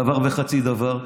דבר וחצי דבר.